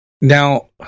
Now